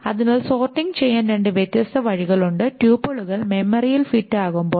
അതിനാൽ സോർട്ടിംഗ് ചെയ്യാൻ രണ്ട് വ്യത്യസ്ത വഴികളുണ്ട് ട്യൂപ്പിളുകൾ മെമ്മറിയിൽ ഫിറ്റ് ആകുമ്പോൾ